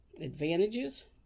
Advantages